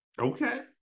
Okay